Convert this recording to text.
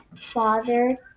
father